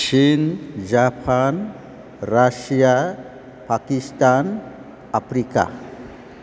चीन Japan Russia Pakistan Africa